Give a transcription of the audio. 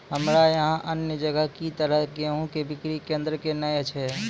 हमरा यहाँ अन्य जगह की तरह गेहूँ के बिक्री केन्द्रऽक नैय छैय?